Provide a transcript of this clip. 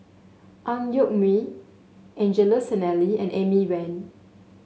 Ang Yoke Mooi Angelo Sanelli and Amy Van